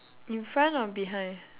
in front or behind